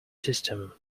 system